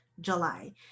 July